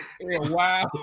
Wow